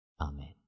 Amen